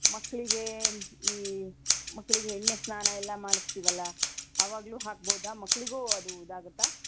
ಮಕ್ಕಳಿಗೆ ಈ ಮಕ್ಳಿಗೆ ಎಣ್ಣೆ ಸ್ನಾನ ಎಲ್ಲ ಮಾಡಿಸ್ತೀವಲ್ಲ ಅವಾಗಲೂ ಹಾಕ್ಬೋದಾ ಮಕ್ಕಳಿಗೂ ಅದು ಇದು ಆಗುತ್ತಾ